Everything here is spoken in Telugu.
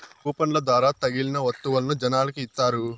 కూపన్ల ద్వారా తగిలిన వత్తువులను జనాలకి ఇత్తారు